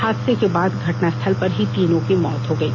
हादसे के बाद घटनास्थल पर ही तीनों की मौत हो गयी